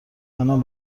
منم